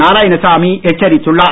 நாராயணசாமி எச்சரித்துள்ளார்